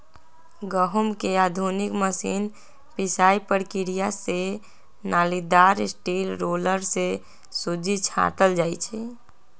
गहुँम के आधुनिक मशीन पिसाइ प्रक्रिया से नालिदार स्टील रोलर से सुज्जी छाटल जाइ छइ